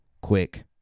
quick